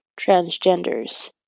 transgenders